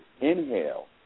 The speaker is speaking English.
inhale